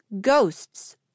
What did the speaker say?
ghosts